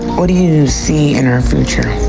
what do you see in our future?